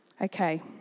Okay